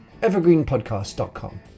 evergreenpodcast.com